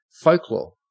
folklore